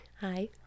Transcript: Hi